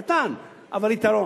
קטן, אבל יתרון.